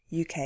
UK